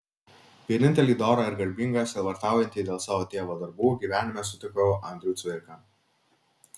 vienintelį dorą ir garbingą sielvartaujantį dėl savo tėvo darbų gyvenime sutikau andrių cvirką